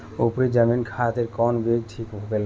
उपरी जमीन खातिर कौन बीज ठीक होला?